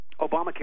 Obamacare